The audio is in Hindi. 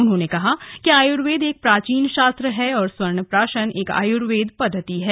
उन्होंने कहा कि आयुर्वेद एक प्राचीन शास्त्र है और स्वर्ण प्राशन एक आयुर्वेद पद्दति है